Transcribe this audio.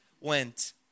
went